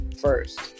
first